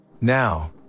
Now